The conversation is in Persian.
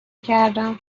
کردم